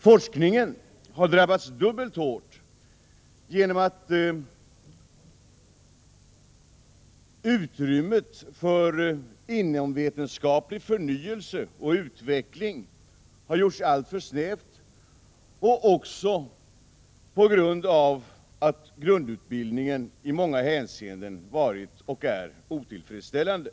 Forskningen har drabbats dubbelt så hårt genom att utrymmet för inomvetenskaplig förnyelse och utveckling har gjorts alltför snävt och på grund av att grundutbildningen i många hänseenden har varit och är otillfredsställande.